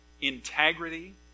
integrity